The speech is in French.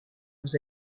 vous